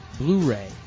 Blu-ray